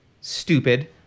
stupid